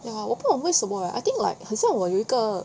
ya lah 我不懂为什么 leh I think like 很像我有一个